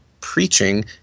preaching